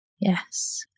Yes